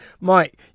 Mike